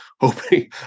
hoping